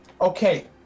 okay